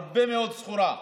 הרבה מאוד סחורה.